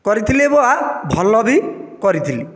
କରିଥିଲି ଅବା ଭଲ ବି କରିଥିଲି